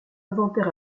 inventaire